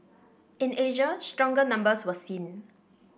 in Asia stronger numbers were seen